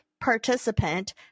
participant